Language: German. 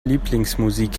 lieblingsmusik